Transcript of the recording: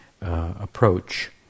approach